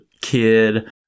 kid